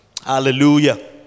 Hallelujah